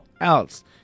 else